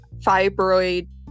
fibroid